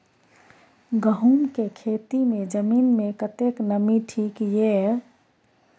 गहूम के खेती मे जमीन मे कतेक नमी ठीक ये?